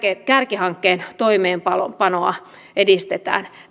kärkihankkeen toimeenpanoa edistetään